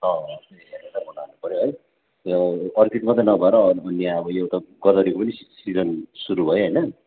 आफै हेरेर म लानु पऱ्यो है त्यो अर्किड मात्रै नभएर अरू दुनियाँ अब यो गोदावरीको पनि सिजन सुरु भयो होइन